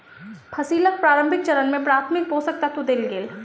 फसीलक प्रारंभिक चरण में प्राथमिक पोषक तत्व देल गेल